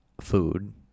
food